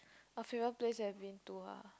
a favourite place I've been to ah